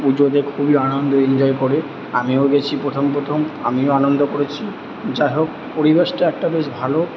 পুজোতে খুবই আনন্দ ইনজয় করে আমিও গেছি প্রথম প্রথম আমিও আনন্দ করেছি যাই হোক পরিবেশটা একটা বেশ ভালো